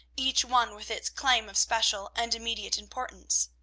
each one with its claim of special and immediate importance.